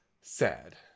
sad